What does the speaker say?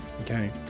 Okay